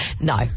No